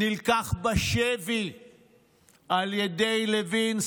נלקח בשבי על ידי לוין,